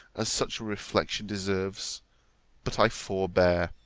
as such a reflection deserves but i forbear.